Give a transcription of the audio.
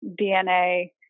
DNA